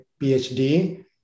PhD